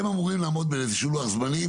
הם אמורים לעמוד באיזשהו לוח זמנים.